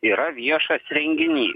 yra viešas renginys